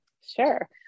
Sure